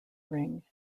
ring